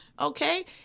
okay